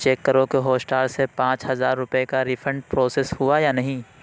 check کرو کہ Hotstar سے پانچ ہزار روپئے کا ریفنڈ پروسیس ہوا یا نہیں